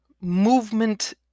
movement